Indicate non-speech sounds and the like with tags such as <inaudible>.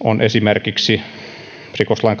on esimerkiksi rikoslain <unintelligible>